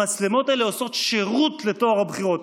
המצלמות האלה עושות שירות לטוהר הבחירות.